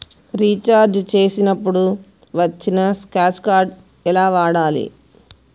Recharge చేసినప్పుడు వచ్చిన scratch card ఎలా వాడాలి?